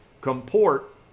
comport